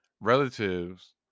relatives